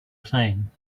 plane